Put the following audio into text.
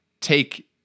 take